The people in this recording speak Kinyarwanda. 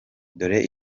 dore